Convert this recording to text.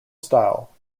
style